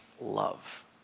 love